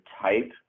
type